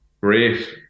great